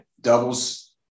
doubles